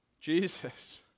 Jesus